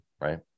right